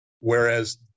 whereas